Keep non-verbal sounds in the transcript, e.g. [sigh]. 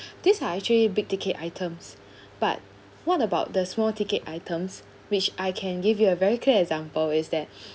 [breath] these are actually big ticket items [breath] but what about the small ticket items which I can give you a very clear example is that [breath]